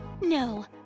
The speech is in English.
No